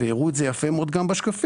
והראו את זה יפה מאוד גם בשקפים,